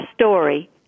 story